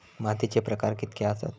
मातीचे प्रकार कितके आसत?